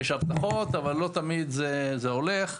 יש הבטחות אבל לא תמיד זה הולך.